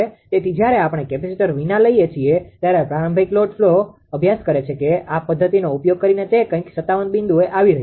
તેથી જ્યારે આપણે કેપેસિટર વિના લઈએ છીએ ત્યારે પ્રારંભિક લોડ ફ્લો અભ્યાસ કરે છે કે આ પદ્ધતિનો ઉપયોગ કરીને તે કઈક 57 બિંદુએ આવી રહ્યું છે